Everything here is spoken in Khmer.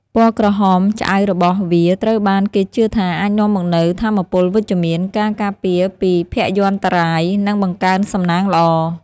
ពណ៌ក្រហមឆ្អៅរបស់វាត្រូវបានគេជឿថាអាចនាំមកនូវថាមពលវិជ្ជមាន ការការពារពីភយន្តរាយ និងបង្កើនសំណាងល្អ។